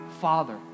father